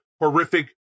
horrific